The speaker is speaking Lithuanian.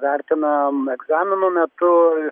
vertinam egzamino metu